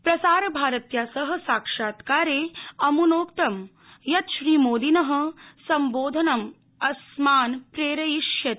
प्रसारभारत्या सह साक्षात्कारे अमुनोक्तं यत् श्रीमोदिन सम्बोधनम् अस्मान् प्रेरयिष्यति